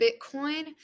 Bitcoin